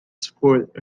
support